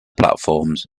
platforms